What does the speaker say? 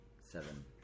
seven